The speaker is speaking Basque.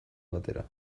batera